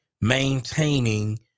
maintaining